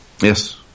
Yes